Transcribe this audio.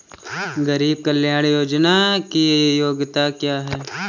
गरीब कल्याण योजना की योग्यता क्या है?